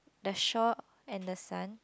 the shop and the sun